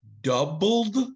doubled